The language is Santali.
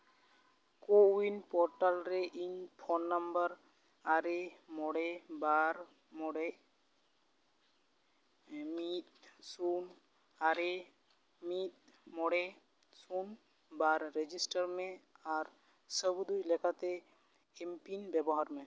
ᱠᱳᱼᱩᱭᱤᱱ ᱼ ᱯᱳᱨᱴᱟᱞ ᱨᱮ ᱤᱧ ᱯᱷᱳᱱ ᱱᱟᱢᱵᱟᱨ ᱟᱨᱮ ᱢᱚᱬᱮ ᱵᱟᱨ ᱢᱚᱬᱮ ᱢᱤᱫ ᱥᱩᱱ ᱟᱨᱮ ᱢᱤᱫ ᱢᱚᱬᱮ ᱥᱩᱱ ᱵᱟᱨ ᱨᱮᱡᱤᱥᱴᱟᱨ ᱢᱮ ᱟᱨ ᱥᱟᱹᱵᱩᱫᱩᱡᱽ ᱞᱮᱠᱟᱛᱮ ᱮᱢᱯᱤᱱ ᱵᱮᱵᱚᱦᱟᱨ ᱢᱮ